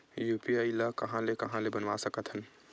UPI ल कहां ले कहां ले बनवा सकत हन?